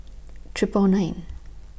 Triple nine